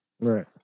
Right